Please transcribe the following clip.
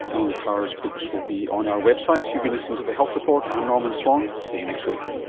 allen power's books will be on our website. you've been listening to the health report, i'm norman swan. see you next week